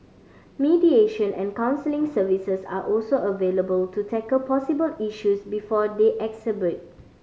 mediation and counselling services are also available to tackle possible issues before they exacerbate